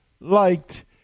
liked